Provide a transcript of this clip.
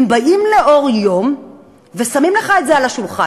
הם באים לאור יום ושמים לך את זה על השולחן.